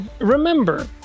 remember